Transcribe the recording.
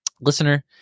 listener